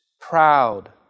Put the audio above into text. proud